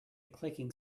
clicking